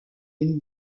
une